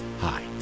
hi